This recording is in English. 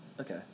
Okay